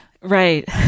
Right